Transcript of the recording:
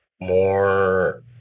more